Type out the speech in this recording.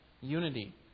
unity